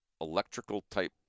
electrical-type